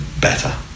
better